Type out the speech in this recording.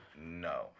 no